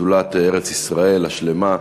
שדולת ארץ-ישראל השלמה,